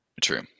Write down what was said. true